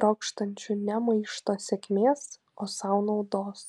trokštančių ne maišto sėkmės o sau naudos